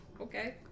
okay